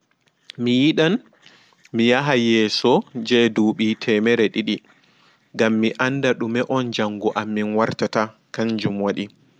Mi yiɗan mi yaha yeeso jei ɗuuɓi te'merre ɗiɗi ngam mi anɗa ɗume on jango amin wartata kanjum waɗi